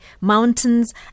mountains